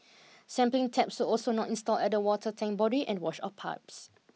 sampling taps also not installed at the water tank body and washout pipes